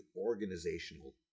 organizational